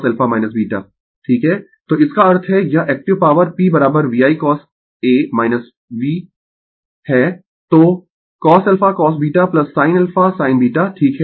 Refer Slide Time 2344 तो इसका अर्थ है यह active power P VI cos a V है तो cosαcosβ sin α sin β ठीक है